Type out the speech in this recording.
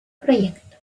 proyecto